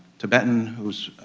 tibetan, who's